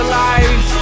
life